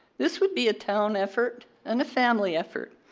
this would be a town effort and a family effort.